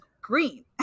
green